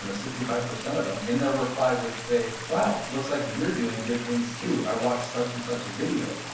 sixty five percent of them in their reply would say, wow! looks like you're doing good things too. i watched such in such a video.